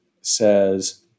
says